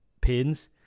pins